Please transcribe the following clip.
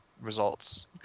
results